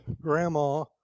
grandma